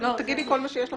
תגידי כל מה שיש לך.